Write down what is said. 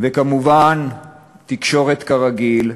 וכמובן תקשורת, כרגיל,